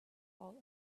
all